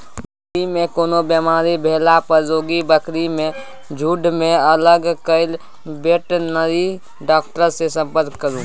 बकरी मे कोनो बेमारी भेला पर रोगी बकरी केँ झुँड सँ अलग कए बेटनरी डाक्टर सँ संपर्क करु